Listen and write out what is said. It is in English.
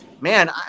man